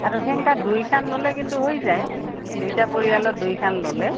আৰু সেংকা দুইখন ল'লে কিন্তু হৈ যায় দুইটা পৰিয়ালৰ দুইখন ল'লে